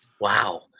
Wow